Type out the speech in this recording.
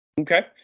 Okay